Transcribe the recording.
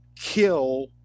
kill